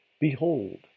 Behold